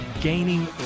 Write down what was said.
gaining